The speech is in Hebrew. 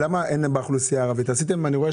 למה לא עשיתם את המדגם בקרב האוכלוסייה הערבית?